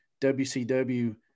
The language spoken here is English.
WCW